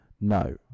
no